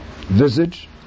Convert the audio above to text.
visage